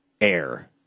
air